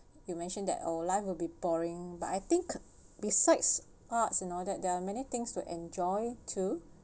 you mentioned that oh life will be boring but I think besides arts and all that there are many things to enjoy too